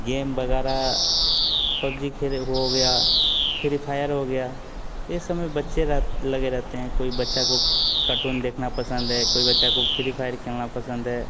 game वग़ैरह PUBG खेले हो गया फिरी फायर हो गया ये सब में बच्चे र लगे रहते हैं कोई बच्चे को कार्टून देखना पसंद है कोई बच्चे को फ्री फायर खेलना पसंद म है